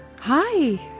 Hi